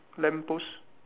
lamp post